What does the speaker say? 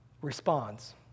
responds